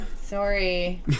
Sorry